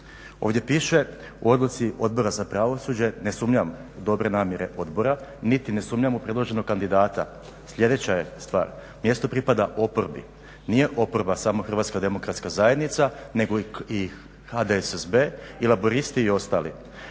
Ovdje piše u Odluci Odbora za pravosuđe, ne sumnjam u dobre namjere odbora niti ne sumnjam u predloženog kandidata, sljedeća je stvar, mjesto oporbi. Nije oporba samo Hrvatska demokratska zajednica nego i HDSSB i laburisti i ostali.